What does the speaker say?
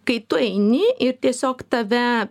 kai tu eini ir tiesiog tave